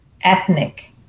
ethnic